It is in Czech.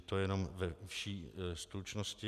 To jenom ve vší stručnosti.